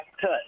cut